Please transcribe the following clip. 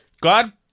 God